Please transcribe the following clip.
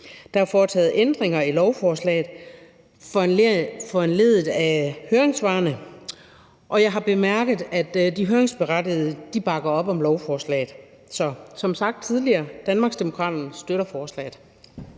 Der er foretaget ændringer i lovforslaget foranlediget af høringssvarene, og jeg har bemærket, at de høringsberettigede bakker op om lovforslaget. Så som sagt tidligere: Danmarksdemokraterne støtter forslaget.